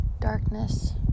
darkness